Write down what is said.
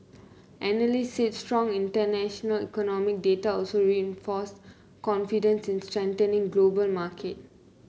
analysts said strong international economic data also reinforced confidence in a strengthening global market